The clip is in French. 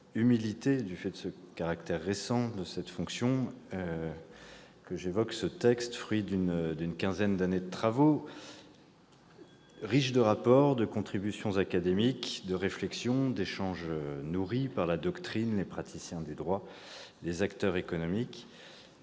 récente à cette fonction de parlementaire, que j'évoque ce texte. Fruit d'une quinzaine d'années de travaux, riches de rapports, de contributions académiques, de réflexions, d'échanges nourris par la doctrine, les praticiens du droit et les acteurs économiques,